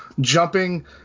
jumping